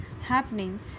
happening